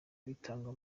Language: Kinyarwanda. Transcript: bitangwa